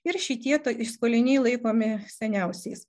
ir šitie skoliniai laikomi seniausiais